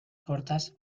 cortas